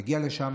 תגיע לשם,